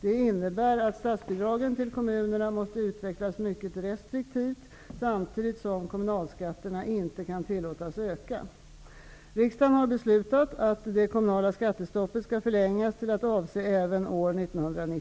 Detta innebär att statsbidragen till kommunerna måste utvecklas mycket restriktivt samtidigt som kommunalskatterna inte kan tillåtas öka.